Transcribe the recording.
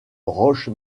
roche